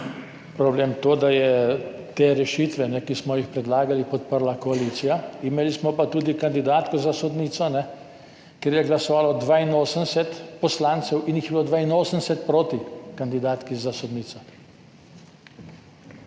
problem tudi to, da je te rešitve, ki smo jih predlagali, podprla koalicija, imeli smo pa tudi kandidatko za sodnico, kjer je glasovalo 82 poslancev in jih je bilo 82 proti kandidatki za sodnico.